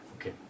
Okay